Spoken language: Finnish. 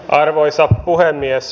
arvoisa puhemies